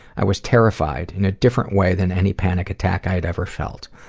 i was terrified, in a different way than any panic attack i had ever felt.